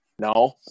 No